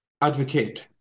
advocate